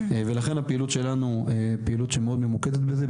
ולכן הפעילות שלנו היא פעילות שמאוד ממוקדת בזה,